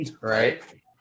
Right